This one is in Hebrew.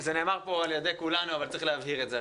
נאמר כאן על ידי כולנו אבל צריך להבהיר את זה.